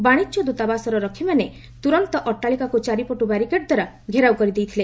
ବାଣିଜ୍ୟ ଦୂତାବାସର ରକ୍ଷୀମାନେ ତୁରନ୍ତ ଅଟ୍ଟାଳିକାକୁ ଚାରିପଟୁ ବାରିକେଡ଼ଦ୍ୱାରା ଘେରାଉ କରିଦେଇଥିଲେ